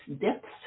depths